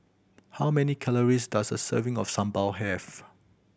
how many calories does a serving of sambal have